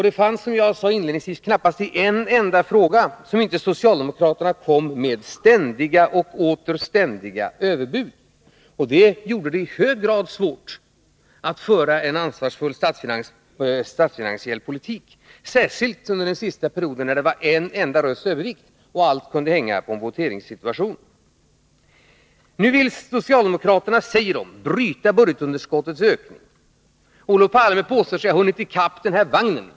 Det fanns, som jag sade inledningsvis, knappast en enda fråga där inte socialdemokraterna kom med ständiga överbud, vilket gjorde det i hög grad svårt att föra en ansvarsfull statsfinansiell politik, särskilt under den sista perioden, när det var en enda rösts övervikt i kammaren och allt kunde hänga på en voteringssituation. Nu vill socialdemokraterna, säger de, bryta budgetunderskottets ökning. Olof Palme påstår sig ha hunnit i kapp den här vagnen.